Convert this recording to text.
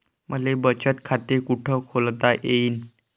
मले बचत खाते कुठ खोलता येईन?